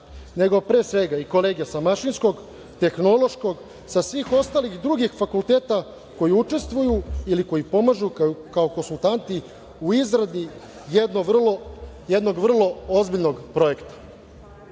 nego pre svega kolege sa mašinskog, tehnološkog, sa svih ostalih drugih fakulteta koji učestvuju, ili koji pomažu kao konsultanti u izradi jednog vrlo ozbiljnog projekta. Shodno